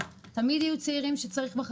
תמיד יהיה צורך בצעירים בחקלאות.